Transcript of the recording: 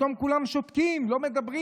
פתאום כולם שותקים, לא מדברים.